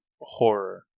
horror